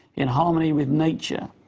in harmony with nature.